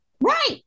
Right